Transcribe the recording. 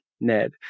Ned